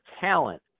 talent